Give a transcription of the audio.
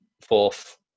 fourth